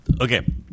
okay